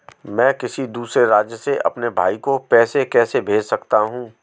मैं किसी दूसरे राज्य से अपने भाई को पैसे कैसे भेज सकता हूं?